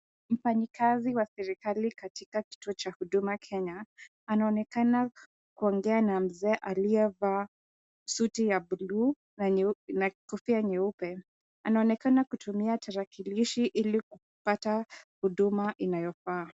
Mfanyikazi wa serikali katika kituo cha Huduma Kenya anaonekana kuongea na mzee aliyevaa suti ya buluu na kofia nyeupe. Anaonekana kutumia tarakilishi ili kupata huduma inayofaa.